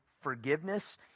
forgiveness